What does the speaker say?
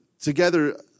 together